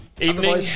Evening